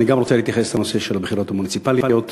גם אני רוצה להתייחס לבחירות המוניציפליות,